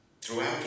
throughout